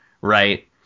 right